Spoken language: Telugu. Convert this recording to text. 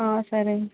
సరే